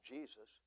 Jesus